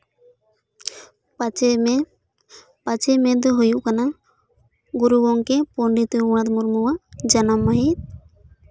ᱯᱟᱸᱪᱚᱭ ᱢᱮ ᱯᱟᱸᱪᱚᱭ ᱢᱮ ᱫᱚ ᱦᱩᱭᱩᱜ ᱠᱟᱱᱟ ᱜᱩᱨᱩ ᱜᱚᱢᱠᱮ ᱯᱚᱱᱰᱤᱛ ᱨᱚᱜᱷᱩᱱᱟᱛᱷ ᱢᱩᱨᱢᱩ ᱟᱜ ᱡᱟᱱᱟᱢ ᱢᱟᱹᱦᱤᱛ